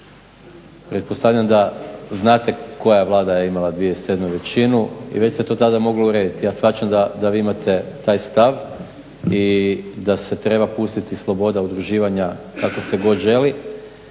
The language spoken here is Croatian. Pretpostavljam da znate koja je Vlada imala 2007. većinu i već se to tada moglo urediti. Ja shvaćam da vi imate taj stav i da se treba pustiti sloboda udruživanja kako se god želi.